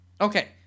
Okay